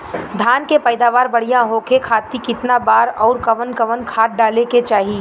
धान के पैदावार बढ़िया होखे खाती कितना बार अउर कवन कवन खाद डाले के चाही?